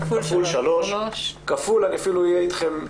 כפול 3. אני אהיה אתכם לארג'